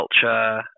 culture